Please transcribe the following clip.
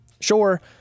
sure